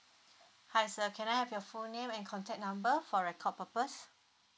hi sir can I have your full name and contact number for record purpose